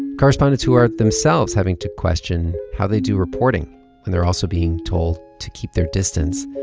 correspondents who are themselves having to question how they do reporting when they're also being told to keep their distance.